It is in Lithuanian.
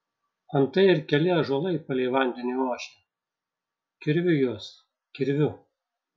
antai ir keli ąžuolai palei vandenį ošia kirviu juos kirviu